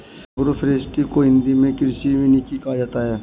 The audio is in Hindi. एग्रोफोरेस्ट्री को हिंदी मे कृषि वानिकी कहा जाता है